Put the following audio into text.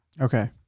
Okay